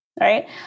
right